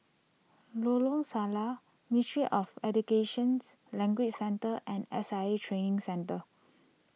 Lorong Salleh Ministry of Educations Language Centre and S I A Training Centre